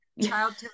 Child